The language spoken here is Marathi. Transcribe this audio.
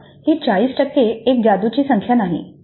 अर्थात ही 40 एक जादूची संख्या नाही